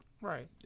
Right